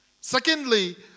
Secondly